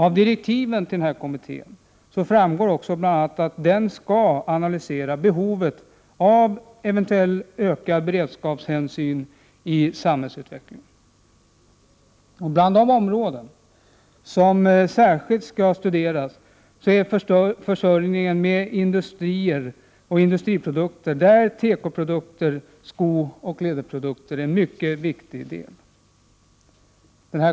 Av direktiven till kommittén framgår bl.a. att den skall analysera behovet av eventuellt ökade beredskapshänsyn i samhällsutvecklingen. Till de områden som särskilt skall studeras hör få ingen med industriprodukter, där tekoprodukter, skooch läderprodukter är en mycket viktig del.